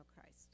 christ